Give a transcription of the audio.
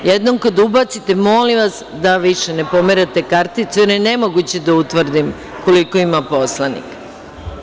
Jednom kad ubacite, molim vas da više ne pomerate karticu, jer je nemoguće da utvrdim koliko ima poslanika.